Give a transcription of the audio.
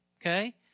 okay